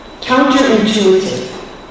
counterintuitive